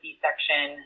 C-section